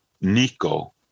Nico